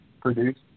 produce